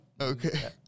Okay